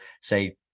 say